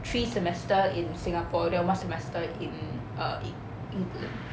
three semester in singapore then one semester in err england